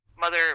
mother